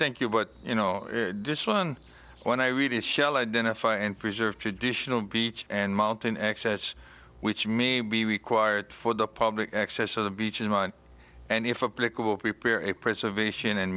thank you but you know this one when i read it shel identify and preserve traditional beach and mountain access which may be required for the public access of the beach in amman and if a political prepare a preservation and